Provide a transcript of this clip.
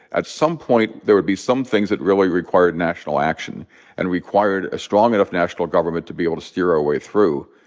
at some point, there would be some things that really required national action and required a strong enough national government to be able to steer our way through.